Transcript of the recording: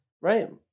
Right